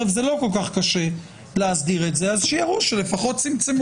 זה לא כל כך קשה להסדיר את זה אז שיראו שלפחות צמצמו.